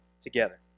together